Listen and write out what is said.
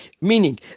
meaning